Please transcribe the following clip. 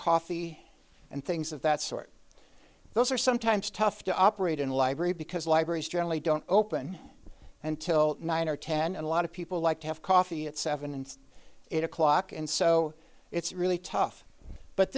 coffee and things of that sort those are sometimes tough to operate in a library because libraries generally don't open until nine or ten and a lot of people like to have coffee at seven and eight o'clock and so it's really tough but